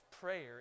prayer